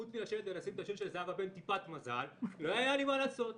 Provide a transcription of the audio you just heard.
חוץ מאשר לשים את השם של זהבה בטיפת מזל לא היה לי מה לעשות,